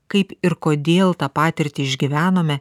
kaip ir kodėl tą patirtį išgyvenome